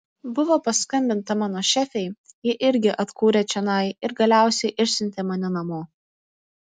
buvo paskambinta mano šefei ji irgi atkūrė čionai ir galiausiai išsiuntė mane namo